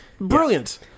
Brilliant